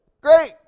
great